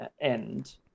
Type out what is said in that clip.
end